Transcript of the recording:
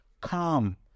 come